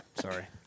Sorry